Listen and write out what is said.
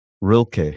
Rilke